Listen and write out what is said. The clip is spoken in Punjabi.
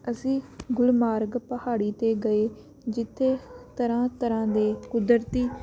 ਅਸੀਂ ਗੁਲਮਰਗ ਪਹਾੜੀ 'ਤੇ ਗਏ ਜਿੱਥੇ ਤਰ੍ਹਾਂ ਤਰ੍ਹਾਂ ਦੇ ਕੁਦਰਤੀ